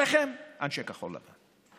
עליכם, אנשי כחול לבן,